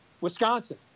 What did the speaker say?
Wisconsin